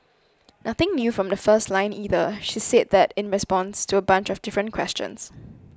nothing new from the first line either she's said that in response to a bunch of different questions